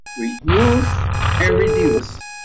reuse and reduce.